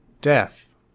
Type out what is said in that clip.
Death